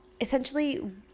essentially